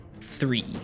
three